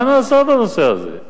מה נעשה בנושא הזה?